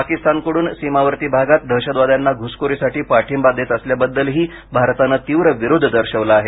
पाकिस्तानकडून सीमावर्ती भागात दहशतवाद्यांना घुसखोरीसाठी पाठिंबा देत असल्याबद्दलही भारतानं तीव्र विरोध दर्शवला आहे